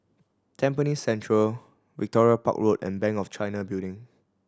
Tampines Central Victoria Park Road and Bank of China Building